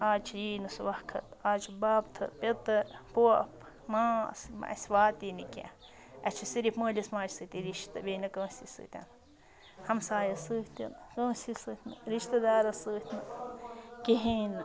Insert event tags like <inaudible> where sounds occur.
آز چھِ یی نہٕ سُہ وقت آز چھُ بابتھٕر پیٚتٕر پۄپھ ماس <unintelligible> اَسہِ واتی نہٕ کیٚنٛہہ اَسہِ چھِ صرف مٲلِس ماجہِ سۭتی رِشتہٕ بیٚیہِ نہٕ کٲنٛسی سۭتۍ ہَمسایَس سۭتۍ تہِ نہٕ کٲنٛسی سۭتۍ نہٕ رِشتہٕ دارَس سۭتۍ نہٕ کِہیٖنۍ نہٕ